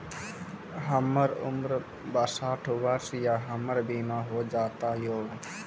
हमर उम्र बासठ वर्ष या हमर बीमा हो जाता यो?